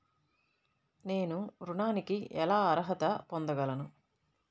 నేను ఋణానికి ఎలా అర్హత పొందగలను?